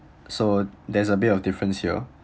so there's a bit of difference here